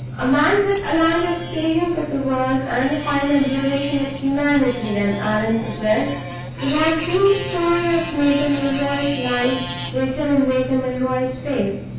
a man with a larger experience of the world and a finer observation of humanity than allan possessed would have seen the story of major milroy's life written in major milroy's face.